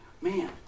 Man